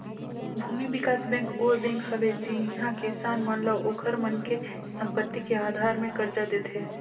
भूमि बिकास बेंक ओ बेंक हवे जिहां किसान मन ल ओखर मन के संपति के आधार मे करजा देथे